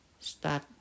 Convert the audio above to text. start